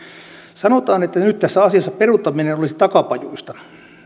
sanotaan että nyt tässä asiassa peruuttaminen olisi takapajuista